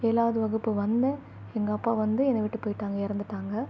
ஏழாவது வகுப்பு வந்தேன் எங்கள் அப்பா வந்து என்னை விட்டு போய்ட்டாங்க இறந்துட்டாங்க